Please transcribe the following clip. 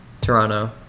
Toronto